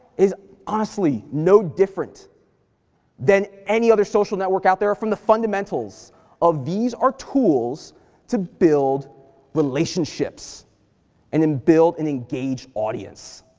is honestly no different that any other social network out there, from the fundamentals of these are tools to build relationships and and build and engage audience.